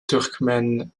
turkmène